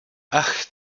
ach